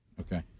Okay